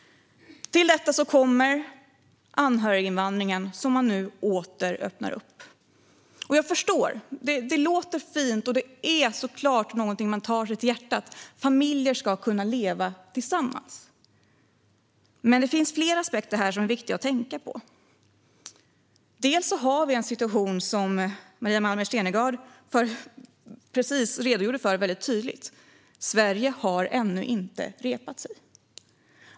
Till detta kommer anhöriginvandringen, som man nu åter öppnar upp för. Jag förstår detta. Det låter fint, och det är såklart något som griper tag om hjärtat. Familjer ska kunna leva tillsammans. Men det finns flera aspekter som är viktiga att tänka på. Vi har en situation som Maria Malmer Stenergard precis nyss väldigt tydligt redogjorde för: Sverige har ännu inte repat sig.